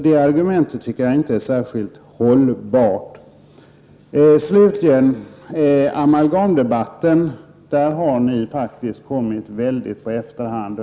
Det argumentet är alltså inte särskilt hållbart. I amalgamdebatten har ni kommit långt på efterkälken.